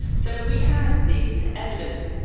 so we had this evidence,